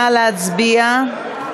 נא להצביע.